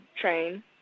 train